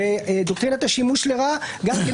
השנייה היא דוקטרינת השימוש לרעה כאשר